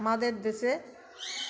আমাদের দেশে